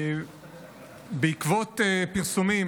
הארגונים בצלם,